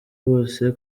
bose